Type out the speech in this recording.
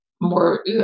more